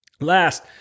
Last